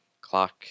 clock